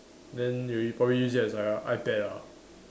then you probably use that as like a iPad ah